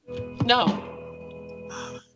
No